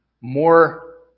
more